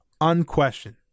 Unquestioned